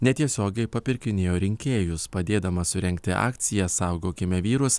netiesiogiai papirkinėjo rinkėjus padėdamas surengti akciją saugokime vyrus